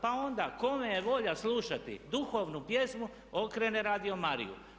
Pa onda kome je volja slušati duhovnu pjesmu okrene Radio Mariju.